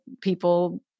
people